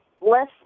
less